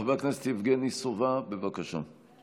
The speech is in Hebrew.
חבר הכנסת יבגני סובה, בבקשה.